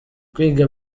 kwiga